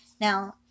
Now